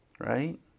right